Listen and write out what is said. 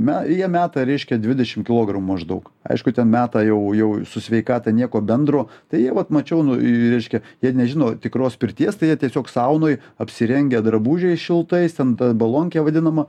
na jie meta reiškia dvidešim kilogramų maždaug aišku ten meta jau jau su sveikata nieko bendro tai vat mačiau nu ir reiškia jie nežino tikros pirties tai jie tiesiog saunoj apsirengę drabužiais šiltais ten ta bolonke vadinama